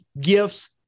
gifts